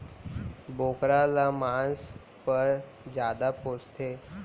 बोकरा ल मांस पर जादा पोसथें